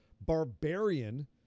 Barbarian